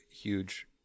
huge